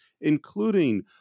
including